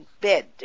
bed